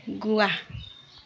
Goa